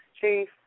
Chief